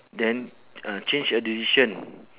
then uh change a decision